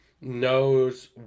knows